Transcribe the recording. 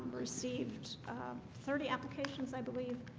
received thirty applications, i believe